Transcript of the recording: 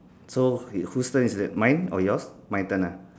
so wh~ who's turn is it mine or yours my turn ah